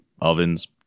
ovens